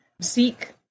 seek